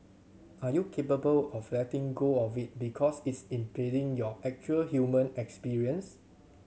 are you capable of letting go of it because it's impeding your actual human experience